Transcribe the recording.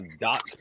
dot